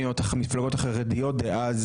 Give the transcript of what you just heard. לכן במספרים אני מסתכל גם על מה שהיה בעבר,